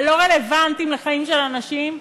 הלא-רלוונטיים לחיים של אנשים,